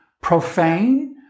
profane